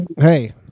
Hey